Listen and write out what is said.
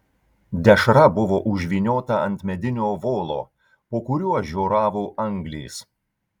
dešra buvo užvyniota ant medinio volo po kuriuo žioravo anglys